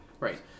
Right